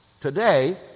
Today